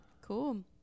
Cool